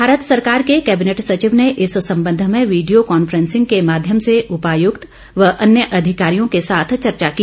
भारत सरकार के कैबिनेट सचिव ने इस संबध में विडियो कांफ्रेसिंग के माध्यम से उपायुक्त व अन्य अधिकारियों के साथ चर्चा की